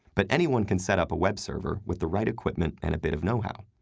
but anyone can set up a web server with the right equipment and a bit of know-how.